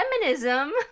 feminism